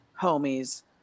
homie's